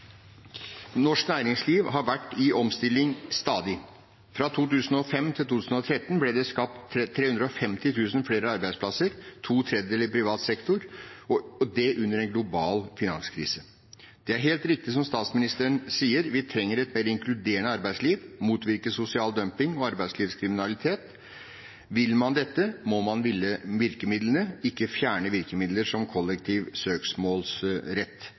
Norsk næringsliv har vært i omstilling stadig. Fra 2005 til 2013 ble det skapt 350 000 flere arbeidsplasser, to tredjedeler i privat sektor, og det under en global finanskrise. Det er helt riktig som statsministeren sier, vi trenger et mer inkluderende arbeidsliv og å motvirke sosial dumping og arbeidslivskriminalitet. Vil man dette, må man ville virkemidlene, ikke fjerne virkemidler som kollektiv søksmålsrett.